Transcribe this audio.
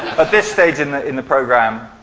but this stage in the in the program,